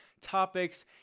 topics